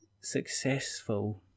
successful